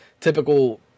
typical